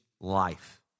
life